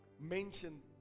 mention